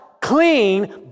clean